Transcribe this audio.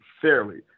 fairly